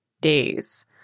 days